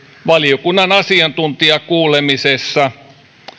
valiokunnan asiantuntijakuulemisissa